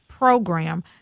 Program